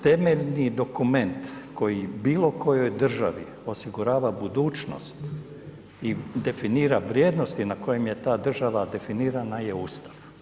Temeljni dokument koji bilo kojoj državi osigurava budućnost i definira vrijednosti na kojim je ta država definirana je Ustav.